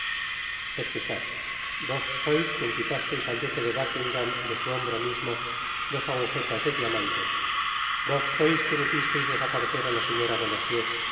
escuchad vos sois quien quitasteis al duque de buckingam de su hombro mismo dos agujetas de diamantes vos sois quien hicisteis desaparecer á la señora